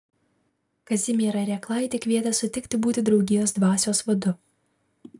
kazimierą rėklaitį kvietė sutikti būti draugijos dvasios vadu